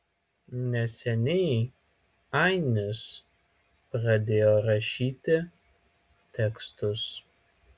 neseniai ainis pradėjo rašyti tekstus